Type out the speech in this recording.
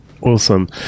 Awesome